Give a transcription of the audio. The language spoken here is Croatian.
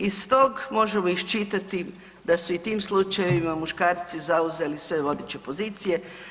Iz tog možemo iščitati da su i tim slučajevima muškarci zauzeli svoje vodeće pozicije.